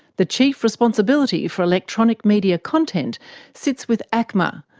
the chief responsibility for electronic media content sits with acma,